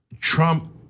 Trump